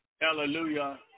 Hallelujah